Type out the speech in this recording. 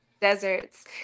Deserts